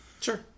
Sure